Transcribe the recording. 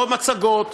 לא מצגות,